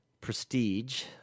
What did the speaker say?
Prestige